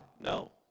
No